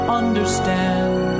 understand